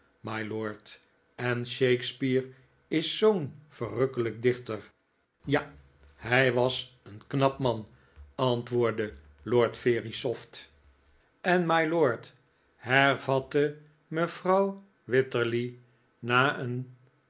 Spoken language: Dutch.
mylord en shakespeare is zoo'n verrukkelijk dichter ja hij was een knap man antwoordkaatje in het nauw de lord verisopht en mylord hervatte mevrouw wititterly na een